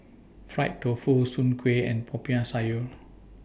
Fried Tofu Soon Kueh and Popiah Sayur